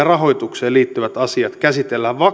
rahoitukseen liittyvät asiat käsitellään